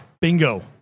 Bingo